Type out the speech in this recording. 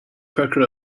quicker